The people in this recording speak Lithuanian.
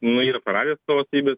nu yra praradę savo savybes